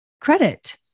credit